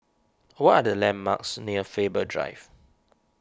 what are the landmarks near Faber Drive